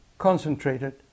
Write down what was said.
concentrated